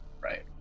right